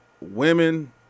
women